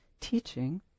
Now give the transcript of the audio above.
teaching